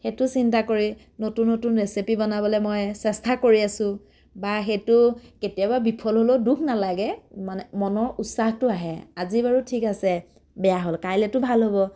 সেইটো চিন্তা কৰি নতুন নতুন ৰেচিপি বনাবলৈ মই চেষ্টা কৰি আছো বা সেইটো কেতিয়াবা বিফল হ'লেও দুখ নালাগে মানে মনৰ উৎসাহটো আহে আজি বাৰু ঠিক আছে বেয়া হ'ল কাইলৈতো ভাল হ'ব